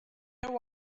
there